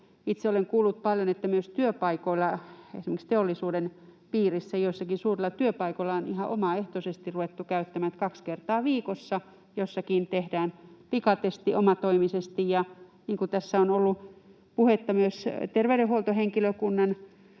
Itse olen kuullut paljon, että myös työpaikoilla, esimerkiksi teollisuuden piirissä, joillakin suurilla työpaikoilla, on ihan omaehtoisesti ruvettu niitä käyttämään, niin että jossakin kaksi kertaa viikossa tehdään pikatesti omatoimisesti. Ja niin kuin tässä on ollut puhetta myös terveydenhuoltohenkilökunnan